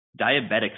diabetics